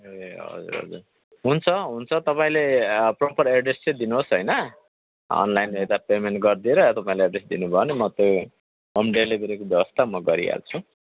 ए हजुर हजुर हुन्छ हुन्छ तपाईँले प्रोपर एड्रेस चाहिँ दिनुहोस् होइन अनलाइन यता पेमेन्ट गरिदिएर तपाईँले एड्रेस दिनुभयो भने म त्यहीँ होम डेलिभरीको व्यवस्था म गरिहाल्छु